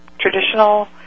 traditional